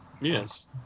Yes